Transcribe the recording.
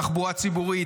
תחבורה ציבורית,